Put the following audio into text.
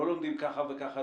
לא לומדים ככה וככה